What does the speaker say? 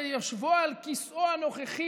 ביושבו על כיסאו הנוכחי,